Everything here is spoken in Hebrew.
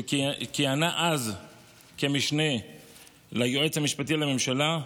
שכיהנה אז כמשנה ליועץ המשפטי לממשלה,